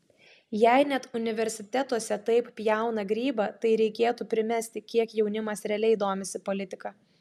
jei net universitetuose taip pjauna grybą tai reikėtų primesti kiek jaunimas realiai domisi politika